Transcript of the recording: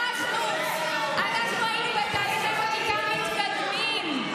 אנחנו היינו בתהליכי חקיקה מתקדמים.